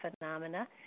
phenomena